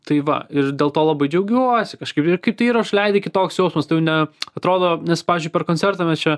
tai va ir dėl to labai džiaugiuosi kažkaip ir kai tu įrašą leidi kitoks jausmas tai jau ne atrodo nes pavyzdžiui per koncertą mes čia